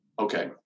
okay